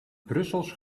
brussels